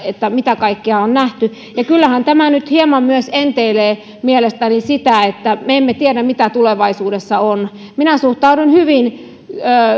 mitä kaikkea on nähty ja kyllähän tämä nyt hieman enteilee mielestäni myös sitä että me emme tiedä mitä tulevaisuudessa tapahtuu minä suhtaudun hyvin